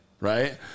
right